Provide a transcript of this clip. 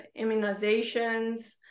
immunizations